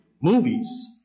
movies